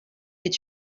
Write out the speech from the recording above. est